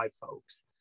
folks